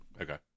Okay